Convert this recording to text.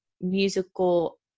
musical